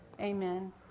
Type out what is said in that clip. Amen